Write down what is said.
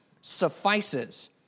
suffices